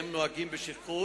רצוני לשאול: